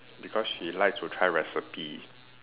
because she like to try recipe